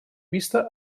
vista